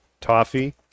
toffee